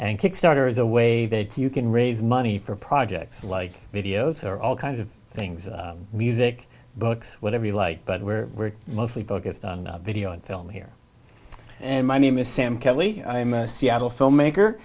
and kickstarter is a way that you can raise money for projects like videos or all kinds of things music books whatever you like but we're mostly focused on video and film here and my name is sam kelly i am a seattle filmmaker